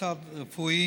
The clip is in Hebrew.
במוסד רפואי